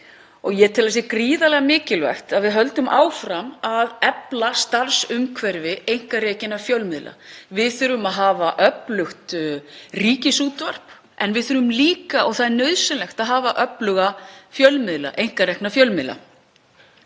Ég tel að það sé gríðarlega mikilvægt að við höldum áfram að efla starfsumhverfi einkarekinna fjölmiðla. Við þurfum að hafa öflugt ríkisútvarp en við þurfum líka, og það er nauðsynlegt, að hafa öfluga einkarekna fjölmiðla.